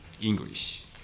English